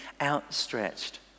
outstretched